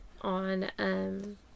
on